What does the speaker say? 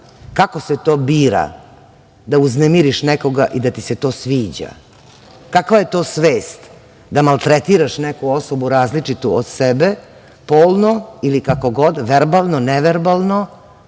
kako se to bira da uznemiriš nekoga i da ti se to sviđa, kakva je to svest, da maltretiraš neku osobu različitu od sebe, polno, ili kako god, verbalno, neverbalno,